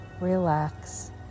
relax